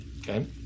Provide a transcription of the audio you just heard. Okay